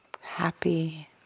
happy